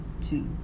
two